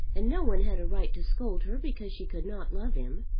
and no one had a right to scold her because she could not love him.